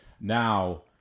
Now